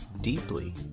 deeply